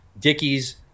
Dickies